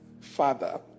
Father